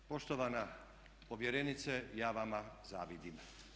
Poštovana povjerenice, ja vam zavidim.